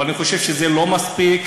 אבל אני חושב שזה לא מספיק,